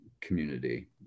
community